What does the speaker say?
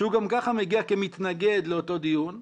שהוא גם ככה מגיע כמתנגד לאותו דיון,